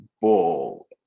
ball